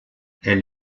elle